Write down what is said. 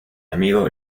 amigo